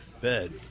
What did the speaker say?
bed